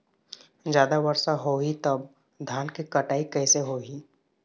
जादा वर्षा होही तब धान के कटाई कैसे होही?